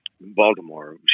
Baltimore